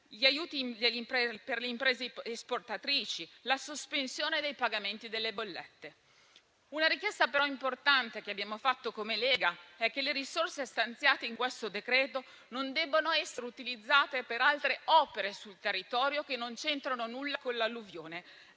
gli aiuti per le imprese esportatrici e la sospensione dei pagamenti delle bollette. Una richiesta importante che abbiamo fatto come Lega è che le risorse stanziate in questo decreto non siano utilizzate per altre opere sul territorio che non c'entrano nulla con l'alluvione.